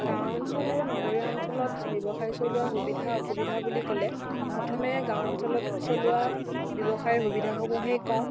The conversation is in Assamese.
গাঁও অঞ্চল আৰু নগৰীয়া অঞ্চলত ব্যৱসায় চলোৱাৰ সুবিধা অসুবিধা বুলি ক'লে প্ৰথমে গাঁও অঞ্চলত চলোৱা ব্যৱসায়ৰ সুবিধাসমূহেই কওঁ